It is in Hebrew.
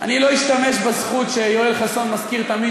אני לא אשתמש בזכות שיואל חסון מזכיר תמיד